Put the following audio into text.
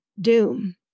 doom